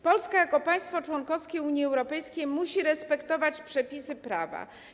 Polska jako państwo członkowskie Unii Europejskiej musi respektować przepisy prawa.